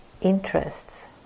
interests